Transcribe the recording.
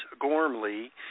Gormley